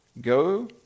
go